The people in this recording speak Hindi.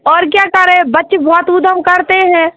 और क्या करे बच्चे बहुत उधम करते हैं